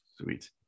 sweet